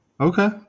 Okay